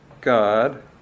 God